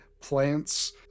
Plants